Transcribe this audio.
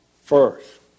first